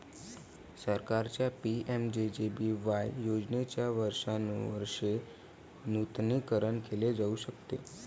सरकारच्या पि.एम.जे.जे.बी.वाय योजनेचे वर्षानुवर्षे नूतनीकरण केले जाऊ शकते